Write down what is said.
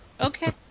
Okay